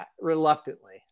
reluctantly